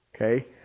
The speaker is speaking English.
Okay